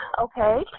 okay